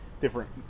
different